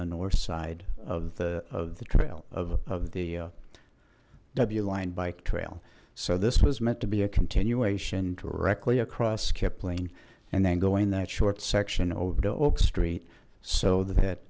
the north side of the of the trail of the w line bike trail so this was meant to be a continuation directly across kipling and then go in that short section over to oak street so that